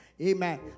Amen